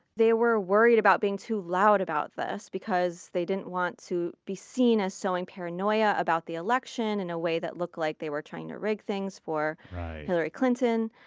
they were worried about being too loud about this, because they didn't want to be seen as sewing paranoia about the election in a way that looked like they were trying to rig things for hillary clinton.